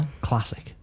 Classic